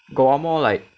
got one more like